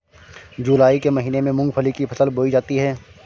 जूलाई के महीने में मूंगफली की फसल बोई जाती है